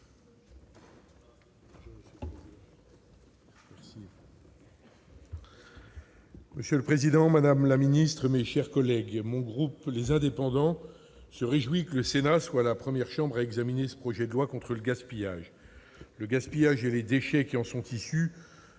Monsieur le président, madame la secrétaire d'État, mes chers collègues, le groupe Les Indépendants se réjouit que le Sénat soit la première chambre à examiner ce projet de loi contre le gaspillage. Le gaspillage et les déchets qui en sont issus